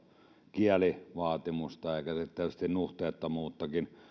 kielivaatimusta eikä sitten tietysti nuhteettomuuttakaan